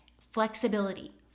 Flexibility